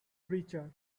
creature